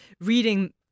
reading